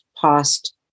past